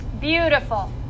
Beautiful